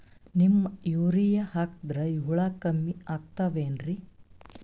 Neem urea ಹಾಕದ್ರ ಹುಳ ಕಮ್ಮಿ ಆಗತಾವೇನರಿ?